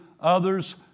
others